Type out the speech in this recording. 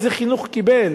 איזה חינוך הוא קיבל,